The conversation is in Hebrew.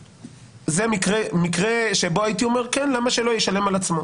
זה מקרה שבו הייתי אומר למה שלא ישלם על עצמו.